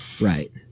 Right